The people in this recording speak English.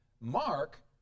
Mark